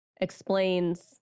explains